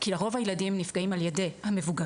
כי לרוב הילדים נפגעים על ידי המבוגרים